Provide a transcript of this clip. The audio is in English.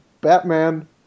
Batman